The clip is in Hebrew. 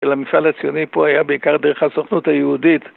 של המפעל הציוני פה היה בעיקר דרך הסוכנות היהודית